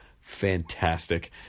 fantastic